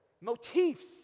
motifs